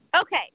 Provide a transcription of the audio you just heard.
okay